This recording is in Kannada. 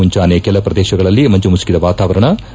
ಮುಂಜಾನೆ ಕೆಲ ಪ್ರದೇಶಗಳಲ್ಲಿ ಮಂಜು ಮುಸುಕಿದ ವಾತಾವರಣ ಇರಲಿದೆ